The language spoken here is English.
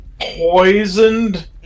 poisoned